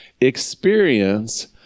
experience